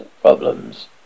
problems